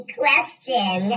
question